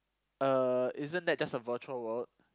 uh isn't that just a virtual world